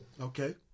Okay